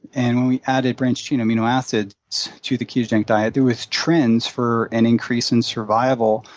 and when we added branched-chain amino acids to the ketogenic diet, there was trends for an increase in survival,